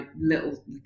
little